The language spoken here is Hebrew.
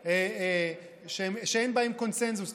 דברים שאין בהם קונסנזוס,